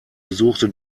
besuchte